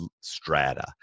strata